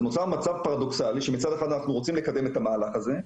אז נוצר מצב פרדוקסלי שמצד אחד אנחנו רוצים לקדם את המהלך הזה,